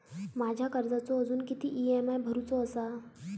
माझ्या कर्जाचो अजून किती ई.एम.आय भरूचो असा?